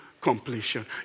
completion